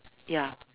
ya